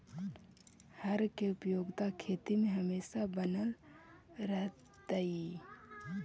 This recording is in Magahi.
हर के उपयोगिता खेती में हमेशा बनल रहतइ